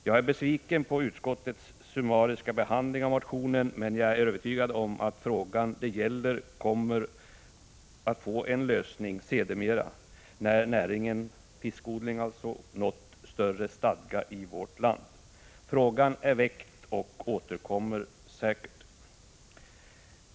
Jag är besviken på utskottets summariska behandling av motionen, men jag är övertygad om att den fråga det gäller kommer att lösas, när näringen fiskodling nått större stadga i vårt land. Frågan är väckt och återkommer säkert.